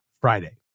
Friday